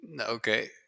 Okay